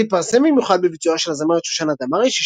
השיר התפרסם במיוחד בביצועה של הזמרת שושנה דמארי,